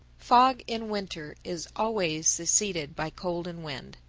fog in winter is always succeeded by cold and wind.